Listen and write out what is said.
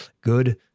good